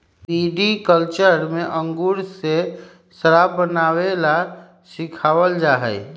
viticulture में अंगूर से शराब बनावे ला सिखावल जाहई